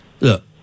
look